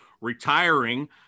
retiring